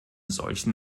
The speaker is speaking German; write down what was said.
solchen